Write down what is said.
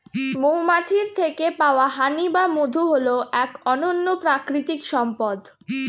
মৌমাছির থেকে পাওয়া হানি বা মধু হল এক অনন্য প্রাকৃতিক সম্পদ